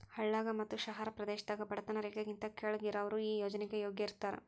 ಹಳ್ಳಾಗ ಮತ್ತ ಶಹರ ಪ್ರದೇಶದಾಗ ಬಡತನ ರೇಖೆಗಿಂತ ಕೆಳ್ಗ್ ಇರಾವ್ರು ಈ ಯೋಜ್ನೆಗೆ ಯೋಗ್ಯ ಇರ್ತಾರ